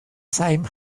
same